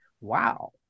Wow